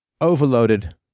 overloaded